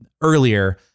earlier